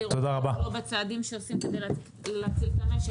במקום לעשות צעדים להציל את המשק,